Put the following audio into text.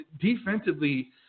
defensively